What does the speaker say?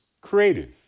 creative